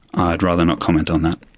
i'd rather not comment on that.